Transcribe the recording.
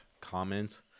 comment